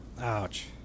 Ouch